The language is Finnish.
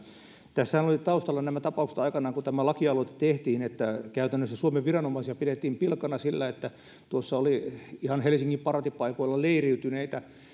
tässähän oli taustalla nämä tapaukset aikanaan kun tämä lakialoite tehtiin joissa käytännössä suomen viranomaisia pidettiin pilkkana sillä että tuossa oli ihan helsingin paraatipaikoilla leiriytyneitä